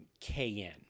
kn